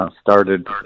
started